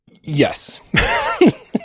Yes